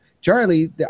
Charlie